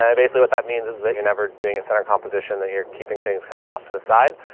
ah basically what that means is that you're never doing a center composition, that you're keeping things kind of off to the side,